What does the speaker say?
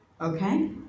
okay